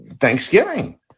Thanksgiving